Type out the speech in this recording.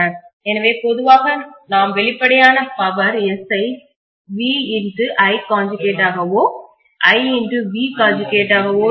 எனவே பொதுவாக நாம் வெளிப்படையான பவர் S ஐ VI ஆகவோ IV ஆகவோ எழுதவும்